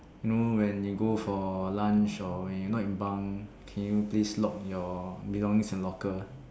you know when you go for lunch or when you not in bunk can you please lock your belongings in locker